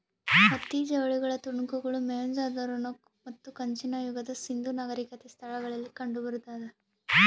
ಹತ್ತಿ ಜವಳಿಗಳ ತುಣುಕುಗಳು ಮೊಹೆಂಜೊದಾರೋ ಮತ್ತು ಕಂಚಿನ ಯುಗದ ಸಿಂಧೂ ನಾಗರಿಕತೆ ಸ್ಥಳಗಳಲ್ಲಿ ಕಂಡುಬಂದಾದ